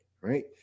right